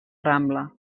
rambla